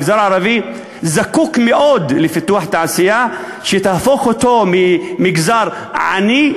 המגזר הערבי זקוק מאוד לפיתוח תעשייה שתהפוך אותו ממגזר עני,